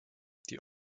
die